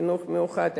חינוך מיוחד,